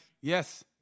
yes